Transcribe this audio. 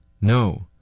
No